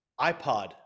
iPod